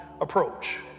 approach